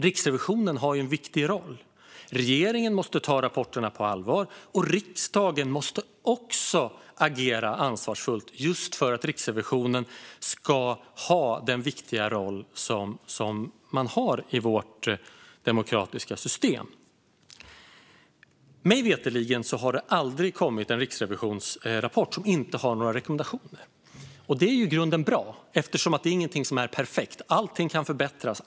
Riksrevisionen har en viktig roll. Regeringen måste ta rapporterna på allvar. Riksdagen måste också agera ansvarsfullt, just för att Riksrevisionen ska ha den viktiga roll man har i vårt demokratiska system. Mig veterligen har det aldrig kommit en rapport från Riksrevisionen som inte har innehållit några rekommendationer. Det är i grunden bra, eftersom ingenting är perfekt. Allting kan förbättras.